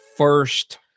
First